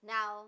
Now